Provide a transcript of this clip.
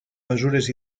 mesures